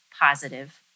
positive